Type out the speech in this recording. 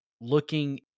looking